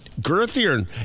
girthier